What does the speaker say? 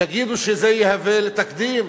יגידו שזה יהווה תקדים,